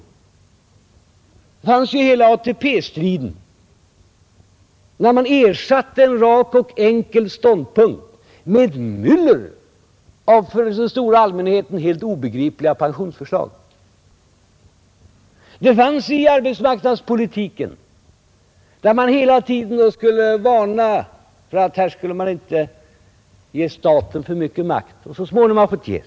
Så var det under hela ATP-striden, där man ersatte 'en rak och enkel linje med ett myller av för den stora allmänheten helt obegripliga pensionsförslag. Så var det i arbetsmarknadspolitiken där man hela tiden skulle varna för att lämna staten för mycket makt, men så småningom har man fått ge sig.